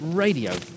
Radio